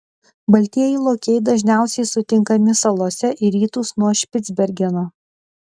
baltieji lokiai dažniausiai sutinkami salose į rytus nuo špicbergeno